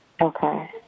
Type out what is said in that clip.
Okay